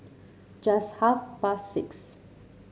just half past six